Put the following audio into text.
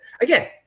again